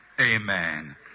Amen